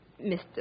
Mr